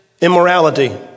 immorality